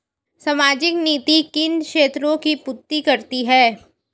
सामाजिक नीति किन क्षेत्रों की पूर्ति करती है?